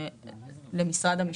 למשרד המשפטים?